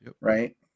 Right